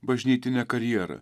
bažnytinę karjerą